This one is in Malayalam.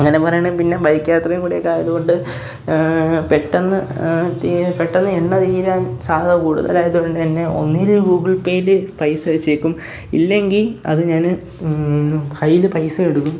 അങ്ങനെ പറയണേപ്പിന്നെ ബൈക്ക് യാത്രയും കൂടെയെക്കെ ആയതുകൊണ്ട് പെട്ടെന്ന് എണ്ണ തീരാന് സാധ്യത കൂടുതലായതോണ്ട് തന്നെ ഒന്നീല് ഗൂഗിള്പേയില് പൈസ വച്ചേക്കും ഇല്ലെങ്കില് അത് ഞാന് കയ്യില് പൈസ എടുക്കും